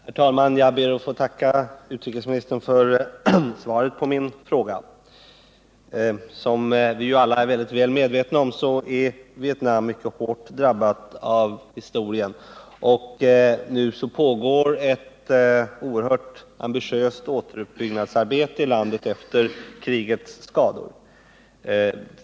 Herr talman! Jag ber att få tacka utrikesministern för svaret på min fråga. Viäralla väl medvetna om att Vietnam är mycket hårt drabbat av historien. Nr 47 F. n. pågår ett mycket ambitiöst återuppbyggnadsarbete i landet efter krigets skador.